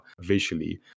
visually